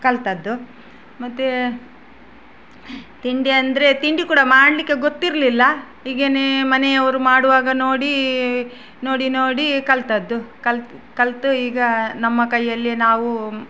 ಕಲಿತದ್ದು ಮತ್ತೆ ತಿಂಡಿ ಅಂದರೆ ತಿಂಡಿ ಕೂಡ ಮಾಡಲಿಕ್ಕೆ ಗೊತ್ತಿರಲಿಲ್ಲ ಹೀಗೆಯೇ ಮನೆಯವರು ಮಾಡುವಾಗ ನೋಡಿ ನೋಡಿ ನೋಡಿ ಕಲಿತದ್ದು ಕಲ್ತು ಕಲಿತು ಈಗ ನಮ್ಮ ಕೈಯ್ಯಲ್ಲಿಯೇ ನಾವು